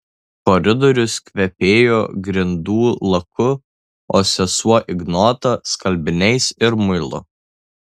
koridorius kvepėjo grindų laku o sesuo ignota skalbiniais ir muilu